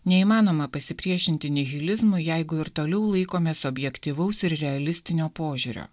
neįmanoma pasipriešinti nihilizmui jeigu ir toliau laikomės objektyvaus ir realistinio požiūrio